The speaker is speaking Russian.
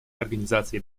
организации